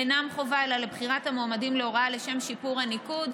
הם אינם חובה אלא לבחירת המועמדים להוראה לשם שיפור הניקוד.